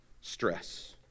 stress